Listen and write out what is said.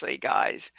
guys